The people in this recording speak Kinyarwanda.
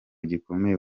gikomeye